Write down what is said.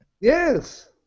Yes